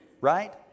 right